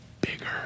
bigger